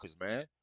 man